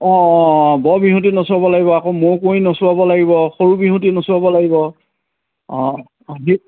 অঁ অঁ অঁ বৰ বিহুৱতী নচোৱাব লাগিব আকৌ মৌ কুঁৱৰী নচুৱাব লাগিব সৰু বিহুৱতী নচুৱাব লাগিব অঁ